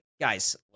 guys